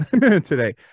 today